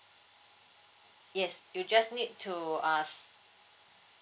yes you just need to uh